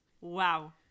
Wow